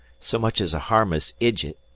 so much ez a harmless ijut.